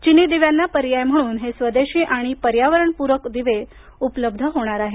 चीनी दिव्यांना पर्याय म्हणून हे स्वदेशी आणि पर्यावरणपूरक दिवे उपलब्ध होणार आहेत